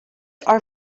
are